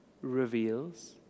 reveals